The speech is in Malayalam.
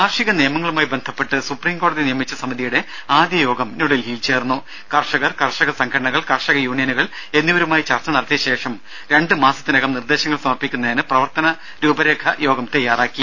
കാർഷിക നിയമങ്ങളുമായി ബന്ധപ്പെട്ട് സുപ്രീം കോടതി നിയമിച്ച സമിതിയുടെ ആദ്യ യോഗം ന്യൂ ഡൽഹിയിൽ ചേർന്നു കർഷകർ കർഷക സംഘടനകൾ കർഷക യൂണിയനുകൾ എന്നിവരുമായി ചർച്ച നടത്തിയ ശേഷം രണ്ട് മാസത്തിനകം നിർദേശങ്ങൾ സമർപ്പിക്കുന്നതിന് പ്രവർത്തന രൂപരേഖ യോഗം തയ്യാറാക്കി